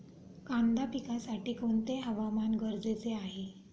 कांदा पिकासाठी कोणते हवामान गरजेचे आहे?